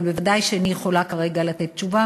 אבל ודאי שאיני יכולה כרגע לתת תשובה,